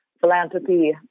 philanthropy